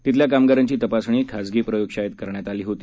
तिथल्या कामगारांची तपासणी खासगी प्रयोगशाळेत करण्यात आली होती